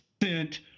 percent